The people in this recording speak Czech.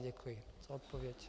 Děkuji za odpověď.